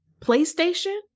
PlayStation